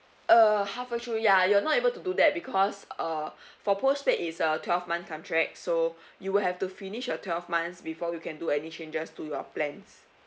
uh halfway through ya you're not able to do that because uh for postpaid is a twelve month contract so you will have to finish your twelve months before you can do any changes to your plans